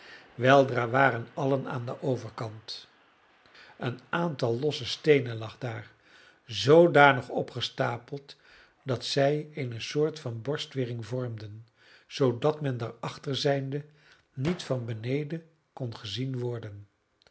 weldra waren allen aan den overkant een aantal losse steenen lag daar zoodanig opgestapeld dat zij eene soort van borstwering vormden zoodat men daarachter zijnde niet van beneden kon gezien worden